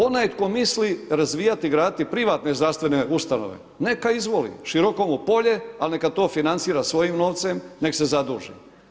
Onaj tko misli razvijati, graditi privatne zdravstvene ustanove neka izvoli, široko mu polje, ali neka to financira svojim novcem, nek se zaduži.